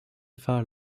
thought